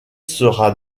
sera